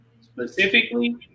specifically